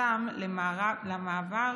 חסם למעבר